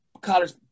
college